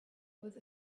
with